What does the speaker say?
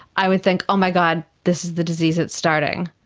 i would think, oh my god, this is the disease, it's starting,